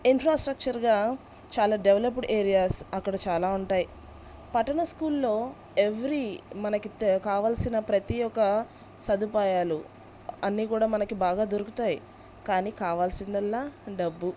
ఇన్ఫ్రాస్ట్రక్చర్గా చాలా developed areas అక్కడ చాలా ఉంటాయి పట్టణ స్కూల్లో ఎవ్రీ మనకి తె కావాల్సిన ప్రతీ ఒక సదుపాయాలు అన్నీ కూడా మనకి బాగా దొరుకుతాయి కానీ కావాల్సిందల్లా డబ్బు